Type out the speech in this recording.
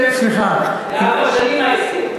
אם יש הסכם, סליחה, לארבע שנים ההסכם.